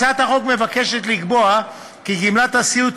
הצעת החוק מבקשת לקבוע כי גמלת הסיעוד